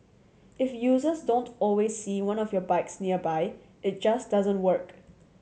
if users don't always see one of your bikes nearby it just doesn't work